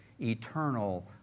eternal